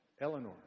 Eleanor